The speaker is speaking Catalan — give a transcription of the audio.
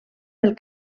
del